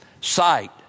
sight